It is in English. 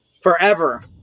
forever